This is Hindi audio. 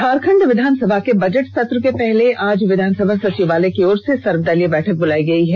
झारखंड विधानसभा के बजट सत्र के पहले आज विधानसभा सचिवालय की ओर से सर्वदलीय बैठक बुलायी गई है